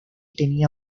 tenía